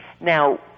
Now